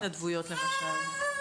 התנדבויות למשל?